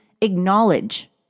acknowledge